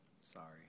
Sorry